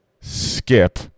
Skip